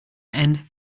end